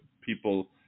people